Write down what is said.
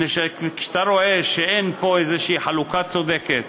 מפני שכשאתה רואה שאין פה איזושהי חלוקה צודקת,